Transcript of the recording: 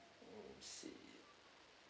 see